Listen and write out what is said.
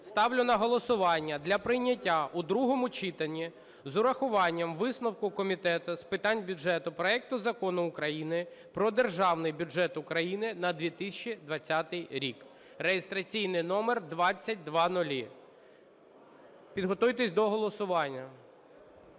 ставлю на голосування для прийняття у другому читанні з урахуванням висновку Комітету з питань бюджету проект Закону України "Про Державний бюджет України на 2020 рік" (реєстраційний номер 2000). Підготуйтеся до голосування.